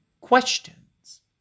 questions